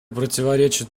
противоречит